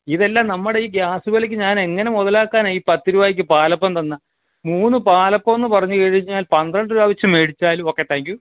ഇതെല്ലാം നമ്മുടെയീ ഗ്യാസ് വിലക്ക് ഞാനെങ്ങനെ മുതലാക്കാനാണ് ഈ പത്ത് രൂപയ്ക്ക് പാലപ്പം തന്നാൽ മൂന്ന് പാലപ്പമെന്നു പറഞ്ഞു കഴിഞ്ഞാൽ പന്ത്രണ്ട് രൂപ വെച്ച് മേടിച്ചാലും ഓക്കേ താങ്ക് യൂ